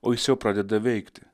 o jis jau pradeda veikti